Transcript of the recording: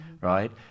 right